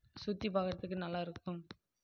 சுற்றிப் பார்க்கறதுக்கு நல்லாயிருக்கும்